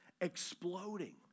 exploding